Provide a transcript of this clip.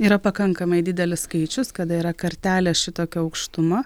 yra pakankamai didelis skaičius kada yra kartelė šitokia aukštuma